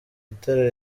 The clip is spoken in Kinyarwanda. itara